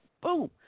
boom